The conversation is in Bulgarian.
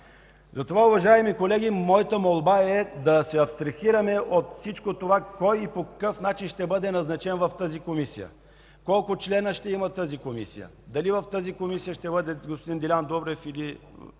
сега. Уважаеми колеги, молбата ми е да се абстрахираме от това кой и по какъв начин ще бъде назначен в тази Комисия, колко членове ще има тази Комисия; дали в тази Комисия ще бъде господин Делян Добрев или